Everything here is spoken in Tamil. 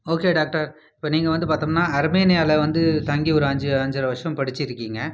ஓகே டாக்டர் இப்போ நீங்கள் வந்து பார்த்தோம்னா அர்பேணியாவில் வந்து தங்கி ஒரு அஞ்சு அஞ்சரை வருஷம் படிச்சுருக்கீங்க